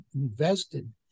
invested